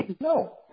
No